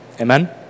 Amen